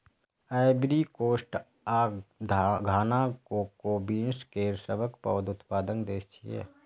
Ivory Coast आ Ghana cocoa beans केर सबसं पैघ उत्पादक देश छियै